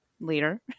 later